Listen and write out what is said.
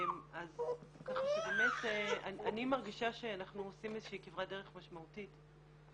כך שבאמת אני מרגישה שאנחנו עושים איזו שהיא כברת ד רך משמעותית.